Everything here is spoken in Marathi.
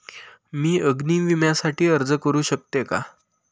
मी अग्नी विम्यासाठी अर्ज करू शकते का?